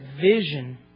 vision